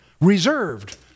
Reserved